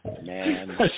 Man